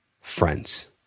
friends